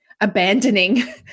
abandoning